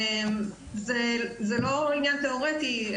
זה לא עניין תיאורטי.